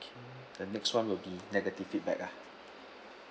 K the next one will be negative feedback ah